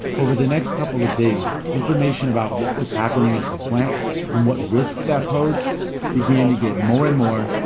over the next couple of days, information about what was happening at the plant and what risks that posed began to get more and more.